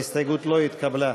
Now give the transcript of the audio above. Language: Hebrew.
ההסתייגות לא התקבלה.